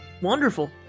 Wonderful